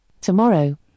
Tomorrow